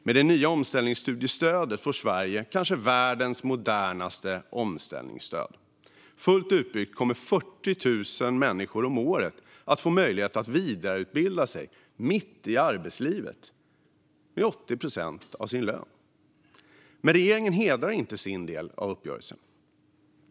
Med det nya omställningsstudiestödet får Sverige kanske världens modernaste omställningsstöd. Fullt utbyggt kommer 40 000 människor om året att få möjlighet att med 80 procent av sin lön vidareutbilda sig mitt i arbetslivet. Men regeringen hedrar inte sin del av uppgörelsen.